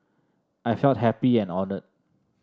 I felt happy and honoured